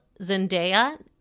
Zendaya